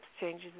changes